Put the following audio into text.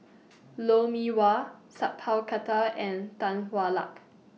Lou Mee Wah Sat Pal Khattar and Tan Hwa Luck